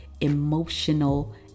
emotional